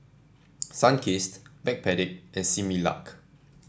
Sunkist Backpedic and Similac